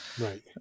Right